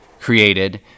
created